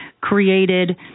created